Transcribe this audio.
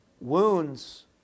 wounds